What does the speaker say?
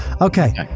Okay